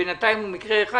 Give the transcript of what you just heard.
שבינתיים הוא מקרה אחד,